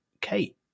Kate